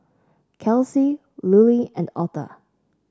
Kelsie Lulie and Otha